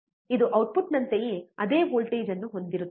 ಇದು ಔಟ್ಪುಟ್ ನಂತೆಯೇ ಅದೇ ವೋಲ್ಟೇಜ್ ಅನ್ನು ಹೊಂದಿರುತ್ತದೆ